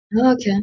Okay